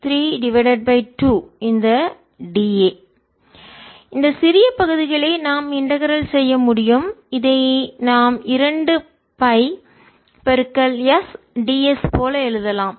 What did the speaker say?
இந்த d a இந்த சிறிய பகுதிகளை நாம் இன்டகரல் செய்ய ஒருங்கிணைக்க முடியும் இதை நாம் இரண்டு பை s ds போல எழுதலாம்